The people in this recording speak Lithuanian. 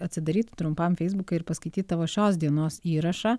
atsidaryt trumpam feisbuką ir paskaityt tavo šios dienos įrašą